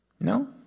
No